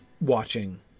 watching